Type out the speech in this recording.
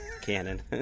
Cannon